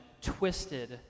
twisted